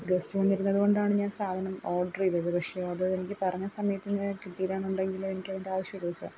guest വന്നിരുന്നത് കൊണ്ടാണ് ഞാൻ സാധനം ഓർഡർ ചെയ്തത് പക്ഷേ അത് എനിക്ക് പറഞ്ഞ സമയത്ത് തന്നെ കിട്ടിയില്ല എന്നുണ്ടെങ്കിൽ എനിക്കതിന്റെ ആവിശ്യമില്ല സാർ